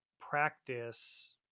practice